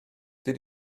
did